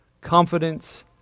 confidence